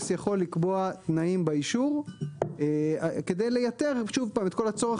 יכול לקבוע תנאים באישור כדי לייתר את כל הצורך